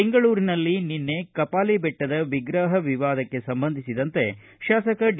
ಬೆಂಗಳೂರಿನಲ್ಲಿ ನಿನ್ನೆ ಕಪಾಲಿ ದೆಟ್ಟದ ವಿಗ್ರಹ ವಿವಾದಕ್ಕೆ ಸಂಬಂಧಿಸಿದಂತೆ ಶಾಸಕ ಡಿ